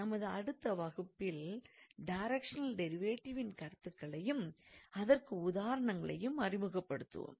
நமது அடுத்த வகுப்பில் டைரக்ஷனல் டிரைவேட்டிவின் கருத்துக்களையும் அதற்கான உதாரணங்களையும் அறிமுகப்படுத்துவோம்